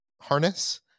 harness